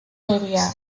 area